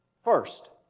First